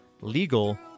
legal